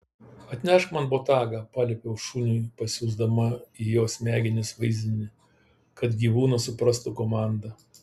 atnešk man botagą paliepiau šuniui pasiųsdama į jo smegenis vaizdinį kad gyvūnas suprastų komandą